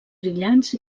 brillants